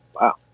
Wow